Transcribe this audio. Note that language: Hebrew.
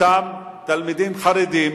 אותם תלמידים חרדים,